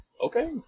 Okay